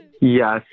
Yes